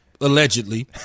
allegedly